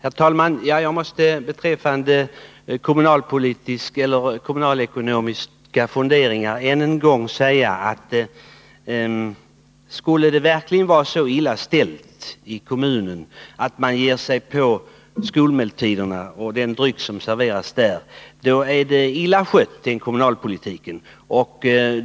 Herr talman! Jag måste beträffande kommunalekonomiska funderingar än en gång säga att kommunalpolitiken är illa skött om man måste ge sig på skolmåltiderna och den dryck som serveras i skolorna.